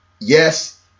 yes